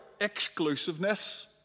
exclusiveness